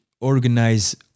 organize